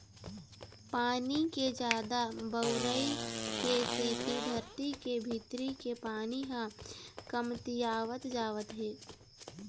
पानी के जादा बउरई के सेती धरती के भीतरी के पानी ह कमतियावत जावत हे